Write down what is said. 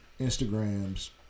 Instagrams